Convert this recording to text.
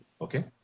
okay